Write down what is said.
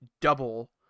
double